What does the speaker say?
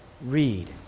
read